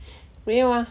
没有 ah